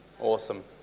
Awesome